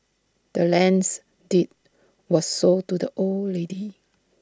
the land's deed was sold to the old lady